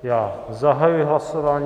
Já zahajuji hlasování.